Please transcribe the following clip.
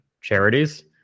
charities